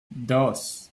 dos